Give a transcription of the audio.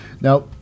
Now